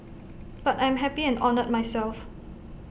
but I'm happy and honoured myself